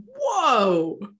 Whoa